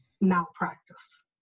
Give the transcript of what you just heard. malpractice